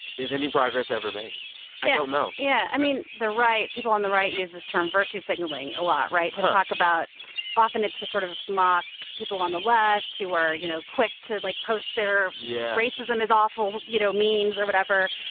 is any progress ever made? yeah i don't know yeah, i mean, the right people on the right use this term virtue signaling a lot right? to talk about often it's to sort of mock people on the left who are, you know, quick to, like, post their. yeah. racism is awful, you know, memes, or whatever.